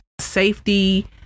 safety